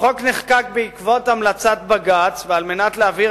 החוק נחקק בעקבות המלצת בג"ץ ועל מנת להבהיר